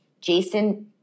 Jason